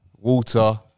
Water